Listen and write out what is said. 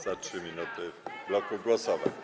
za 3 minuty w bloku głosowań.